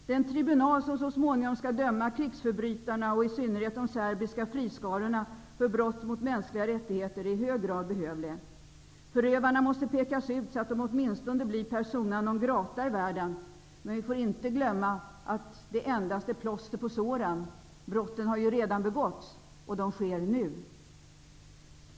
Den tribunal som så småningom skall döma krigsförbrytarna, och i synnerhet de serbiska friskarorna för brott mot mänskliga rättigheter är i hög grad behövlig. Förövarna måste pekas ut så att de åtminstone blir persona non grata i världen. Men vi får inte glömma att det endast är plåster på såren. Brotten har ju redan begåtts -- och de sker nu.